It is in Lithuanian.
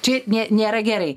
čia nė nėra gerai